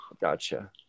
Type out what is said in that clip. Gotcha